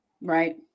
Right